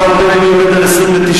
יש לנו שני חברי כנסת שיש